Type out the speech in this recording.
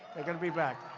they're going to be back.